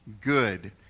good